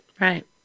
Right